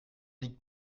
liegt